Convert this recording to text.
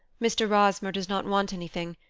mr. rosmer does not want anything,